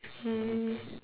um